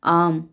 ஆம்